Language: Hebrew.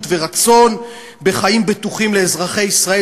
ורצון בחיים בטוחים לאזרחי ישראל.